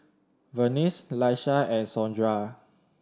Venice Laisha and Sondra